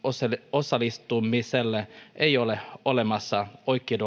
osallistumiselle ei ole olemassa